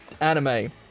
anime